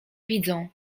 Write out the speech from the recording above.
widzą